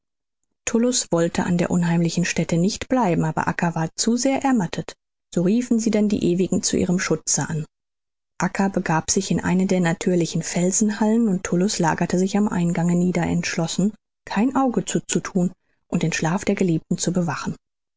wollte an der unheimlichen stätte nicht bleiben aber acca war zu sehr ermattet so riefen sie denn die ewigen zu ihrem schutze an acca begab sich in eine der natürlichen felsenhallen und tullus lagerte sich am eingange nieder entschlossen kein auge zuzuthun und den schlaf der geliebten zu bewachen